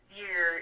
year